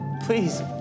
Please